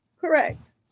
Correct